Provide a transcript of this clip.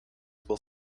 will